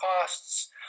costs